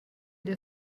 der